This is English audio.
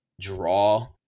draw